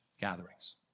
gatherings